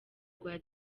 rwa